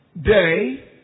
day